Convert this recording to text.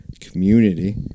community